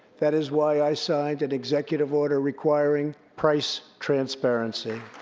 that is why i signed an executive order requiring price transparency.